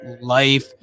life